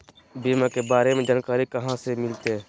बीमा के बारे में जानकारी कहा से मिलते?